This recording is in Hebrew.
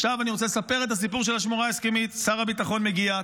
עכשיו אני רוצה לספר את הסיפור של השמורה ההסכמית: שר הביטחון מגיע,